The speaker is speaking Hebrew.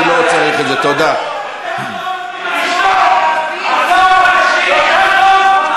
אני ממש לא רוצה להוציא חברי כנסת בדיון הזה.